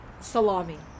Salami